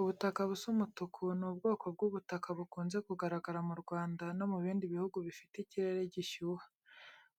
Ubutaka busa umutuku ni ubwoko bw’ubutaka bukunze kugaragara mu Rwanda no mu bindi bihugu bifite ikirere gishyuha.